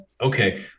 okay